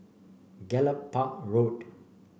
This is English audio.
Gallop Park Road